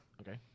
Okay